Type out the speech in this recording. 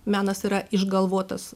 menas yra išgalvotas